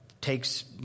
takes